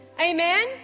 Amen